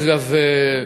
דרך אגב,